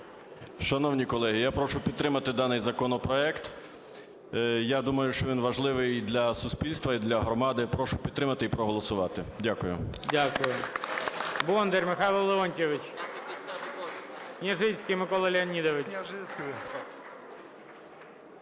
шановні колеги, я прошу підтримати даний законопроект. Я думаю, що він важливий для суспільства і для громади. Прошу підтримати і проголосувати. Дякую.